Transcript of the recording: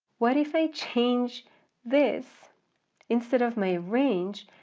what if they change this instead of my range,